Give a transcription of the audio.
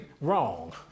wrong